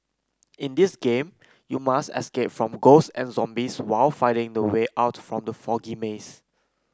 in this game you must escape from ghosts and zombies while finding the way out from the foggy maze